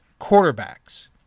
quarterbacks